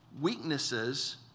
weaknesses